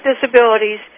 Disabilities